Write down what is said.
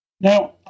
Now